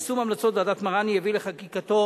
יישום המלצות ועדת-מראני הביא לחקיקתו